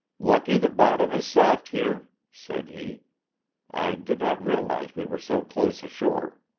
lucky the bottom is soft here, said he i did not realize we were so close ashore.